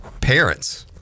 parents